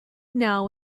now